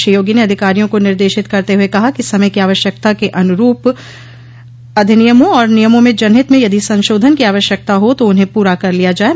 श्री योगी ने अधिकारियों का निर्देशित करते हुए कहा कि समय को आवश्यकता के अनुरूप अधिनियमों और नियमों में जनहित में यदि संशोधन की आवश्यकता हो तो उन्हें पूरा कर लिया जाये